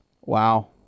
Wow